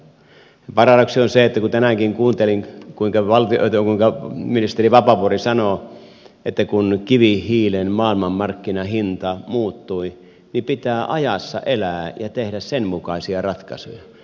paradoksi on se kun tänäänkin kuuntelin kuinka ministeri vapaavuori sanoo että kun kivihiilen maailmanmarkkinahinta muuttui niin pitää ajassa elää ja tehdä sen mukaisia ratkaisuja